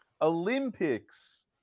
Olympics